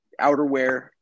outerwear